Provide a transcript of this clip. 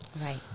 Right